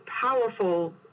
powerful